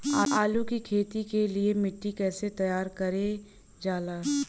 आलू की खेती के लिए मिट्टी कैसे तैयार करें जाला?